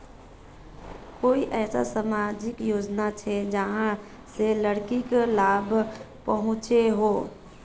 कोई ऐसा सामाजिक योजना छे जाहां से लड़किक लाभ पहुँचो हो?